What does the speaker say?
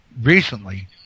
recently